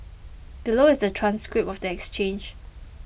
below is the transcript of the exchange